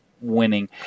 winning